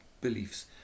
beliefs